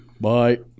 Bye